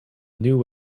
new